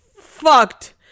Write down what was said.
fucked